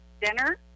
dinner